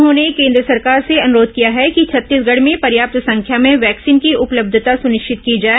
उन्होंने केन्द्र सरकार से अनुरोध किया है कि छत्तीसगढ में पर्याप्त संख्या में वैक्सीन की उपलब्धता सुनिश्चित की जाए